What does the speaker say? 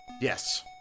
Yes